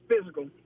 physical